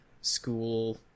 school